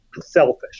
selfish